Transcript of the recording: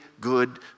good